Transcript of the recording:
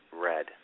red